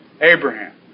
Abraham